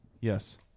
Yes